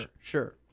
sure